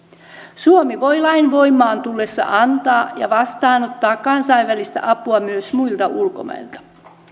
suomi voi lain voimaan tullessa antaa ja vastaanottaa kansainvälistä apua myös muilta ulkomailta